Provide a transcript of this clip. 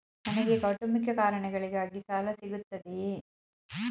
ನನಗೆ ಕೌಟುಂಬಿಕ ಕಾರಣಗಳಿಗಾಗಿ ಸಾಲ ಸಿಗುತ್ತದೆಯೇ?